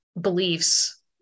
beliefs